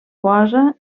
posa